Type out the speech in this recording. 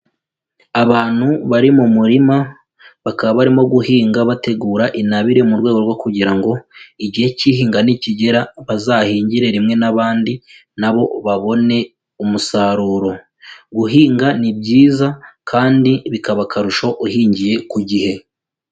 Abantu bari mu murima, bakaba barimo guhinga bategura intabire mu rwego rwo kugira ngo igihe cy'ihinga nikigera, bazahingire rimwe n'abandi na bo babone umusaruro. Guhinga ni byiza kandi bikaba akarusho uhingiye ku gihe.